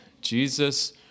Jesus